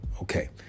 Okay